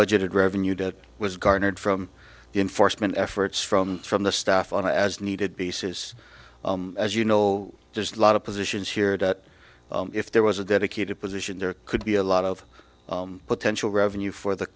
budgeted revenue that was garnered from the enforcement efforts from from the staff on a as needed basis as you know there's a lot of positions here that if there was a dedicated position there could be a lot of potential revenue for the